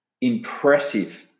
impressive